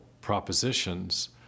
propositions